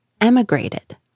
emigrated